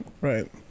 Right